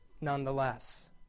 nonetheless